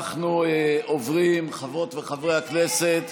חברות וחברי הכנסת,